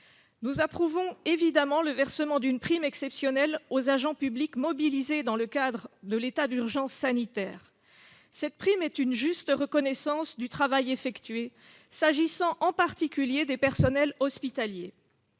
Nous approuvons évidemment le versement d'une prime exceptionnelle aux agents publics mobilisés dans le cadre de l'état d'urgence sanitaire. Cette prime est une juste reconnaissance du travail effectué, s'agissant en particulier des personnels hospitaliers.